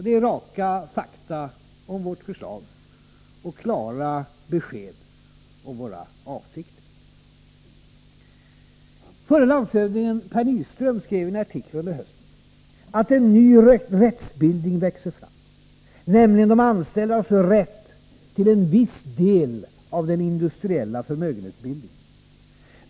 Det är raka fakta om vårt förslag och klara besked om våra avsikter. Förre landshövdingen Per Nyström skrev i en artikel under hösten att ”en ny rättsbildning växer fram, nämligen de anställdas rätt till viss del av den industriella förmögenhetsbildningen.